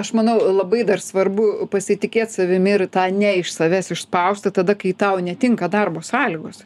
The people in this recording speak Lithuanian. aš manau labai dar svarbu pasitikėt savimi ir tą ne iš savęs išspausti tada kai tau netinka darbo sąlygos